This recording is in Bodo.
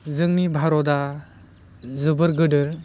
जोंनि भारतआ जोबोर गेदेर